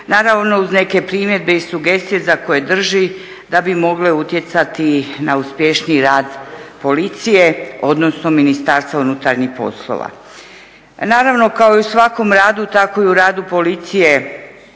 Naravno uz neke primjedbe i sugestije za koje drži da bi mogle utjecati na uspješniji rad policije, odnosno MUP-a. Naravno, kao i u svakom radu tako i u radu policije